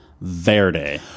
Verde